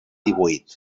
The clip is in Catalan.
divuit